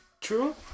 True